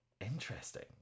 interesting